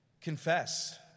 confess